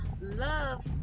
love